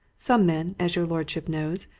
some men, as your lordship knows,